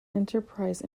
enterprise